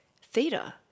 theta